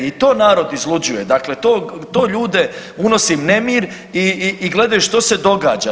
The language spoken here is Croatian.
I to narod izluđuje, dakle to ljude unosi nemir i gledaju što se događa.